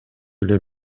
эле